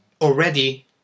already